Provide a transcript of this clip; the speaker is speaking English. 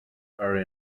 are